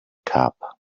cap